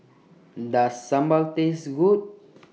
Does Sambal Taste Good